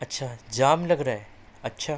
اچھا جام لگ رہا ہے اچھا